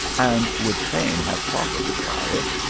and would fain have profited by it,